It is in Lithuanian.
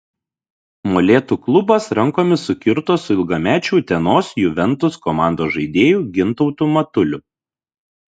molėtų klubas rankomis sukirto su ilgamečiu utenos juventus komandos žaidėju gintautu matuliu